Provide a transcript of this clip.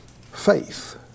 faith